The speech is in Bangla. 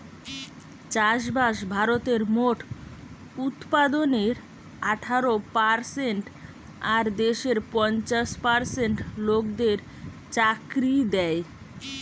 চাষবাস ভারতের মোট উৎপাদনের আঠারো পারসেন্ট আর দেশের পঞ্চাশ পার্সেন্ট লোকদের চাকরি দ্যায়